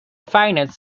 finite